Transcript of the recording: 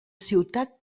ciutat